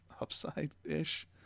upside-ish